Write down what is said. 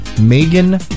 Megan